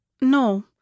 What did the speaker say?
No